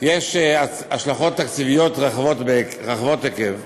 יש השלכות תקציביות רחבות היקף,